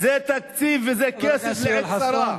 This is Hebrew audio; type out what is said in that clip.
זה תקציב וזה כסף לעת צרה.